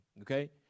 Okay